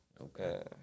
Okay